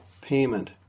payment